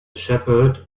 shepherd